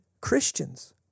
Christians